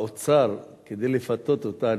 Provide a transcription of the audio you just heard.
האוצר, כדי לפתות אותנו,